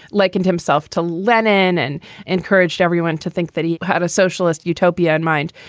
likened himself to lenin and encouraged everyone to think that he had a socialist utopia in mind.